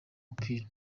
mupira